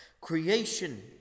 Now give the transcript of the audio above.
creation